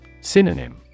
Synonym